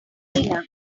dinner